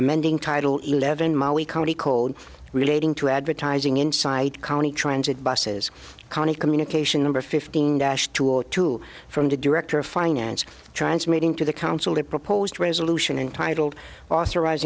amending title eleven molly county called relating to advertising inside county transit buses county communication number fifteen dash two or two from the director of finance transmitting to the council that proposed resolution entitled authoriz